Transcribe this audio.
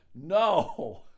no